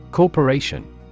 Corporation